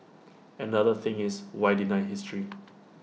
and the other thing is why deny history